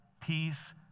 peace